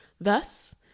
Thus